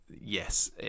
yes